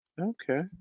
Okay